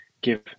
give